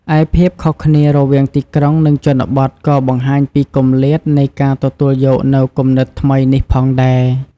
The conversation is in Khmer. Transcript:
ឯភាពខុសគ្នារវាងទីក្រុង និងជនបទ ក៏បង្ហាញពីគម្លាតនៃការទទួលយកនូវគំនិតថ្មីនេះផងដែរ។